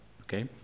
Okay